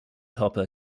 hopper